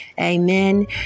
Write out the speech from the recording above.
Amen